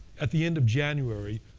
at the end of january,